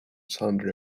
sundry